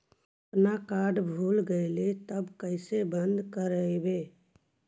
अपन कार्ड भुला गेलय तब कैसे बन्द कराइब?